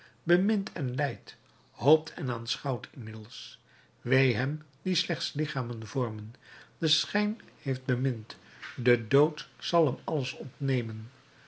bemint en lijdt hoopt en aanschouwt inmiddels wee hem die slechts lichamen vormen den schijn heeft bemind de dood zal hem alles ontnemen